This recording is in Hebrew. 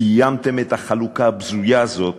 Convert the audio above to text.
סיימתם את החלוקה הבזויה הזאת,